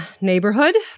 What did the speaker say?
neighborhood